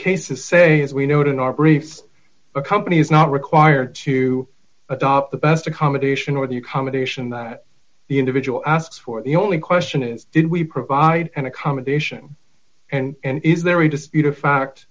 of say as we note in our brief a company is not required to adopt the best accommodation or the accommodation that the individual asks for the only question is did we provide an accommodation and is there a dispute a fact